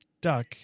duck